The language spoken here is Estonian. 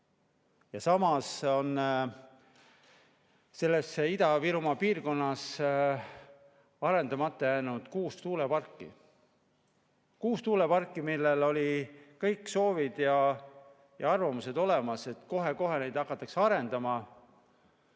Ja samas on selles Ida-Virumaa piirkonnas arendamata jäänud kuus tuuleparki. Kuus tuuleparki, mille kohta olid kõik soovid ja arvamused olemas, et kohe-kohe hakatakse arendama.